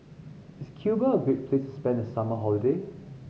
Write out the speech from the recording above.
is Cuba a great place spend the summer holiday